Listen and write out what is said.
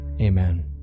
Amen